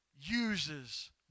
uses